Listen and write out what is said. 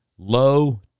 Low